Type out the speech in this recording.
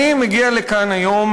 אני מגיע לכאן היום,